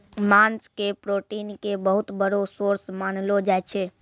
मांस के प्रोटीन के बहुत बड़ो सोर्स मानलो जाय छै